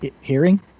Hearing